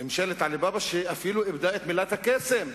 ממשלת עלי בבא, שאיבדה אפילו את מילת הקסם.